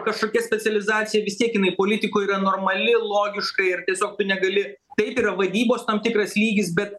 kažkokia specializacija vis tiek jinai politikoj yra normali logiška ir tiesiog tu negali taip yra vaidybos tam tikras lygis bet